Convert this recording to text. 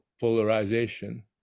polarization